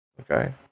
Okay